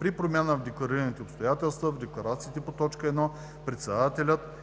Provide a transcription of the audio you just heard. При промяна в декларираните обстоятелства в декларацията по т. 1 председателят